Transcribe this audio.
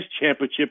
championship